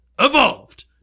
evolved